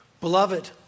Beloved